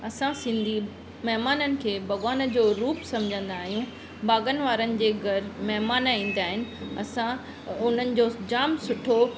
असां सिंधी महिमाननि खे भॻवान जो रूप सम्झंदा आहियूं भागनि वारनि जे घर महिमान ईंदा आहिनि असां उन्हनि जो जाम सुठो